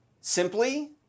simply